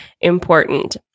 important